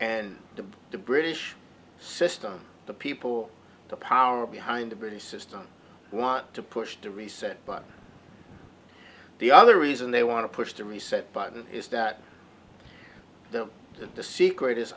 to the british system the people the power behind the british system want to push the reset button the other reason they want to push the reset button is that the secret is